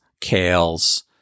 kales